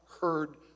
heard